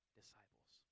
disciples